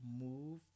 move